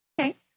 Okay